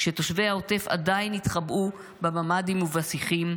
כשתושבי העוטף עדיין התחבאו בממ"דים ובשיחים,